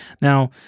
Now